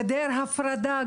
גדר הפרדה,